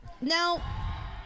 Now